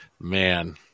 Man